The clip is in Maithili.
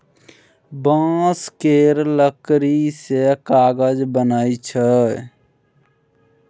बांस केर लकड़ी सँ कागज बनइ छै